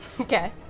Okay